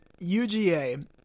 UGA